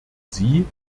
sie